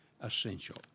essential